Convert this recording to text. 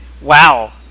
Wow